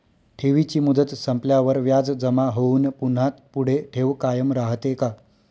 ठेवीची मुदत संपल्यावर व्याज जमा होऊन पुन्हा पुढे ठेव कायम राहते का?